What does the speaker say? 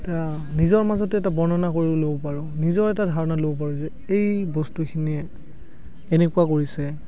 এটা নিজৰ মাজতে এটা বৰ্ণনা কৰি ল'ব পাৰোঁ নিজৰ এটা ধাৰণা ল'ব পাৰো যে এই বস্তুখিনিয়ে এনেকুৱা কৰিছে